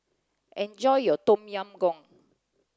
enjoy your Tom Yam Goong